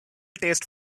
tastes